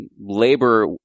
labor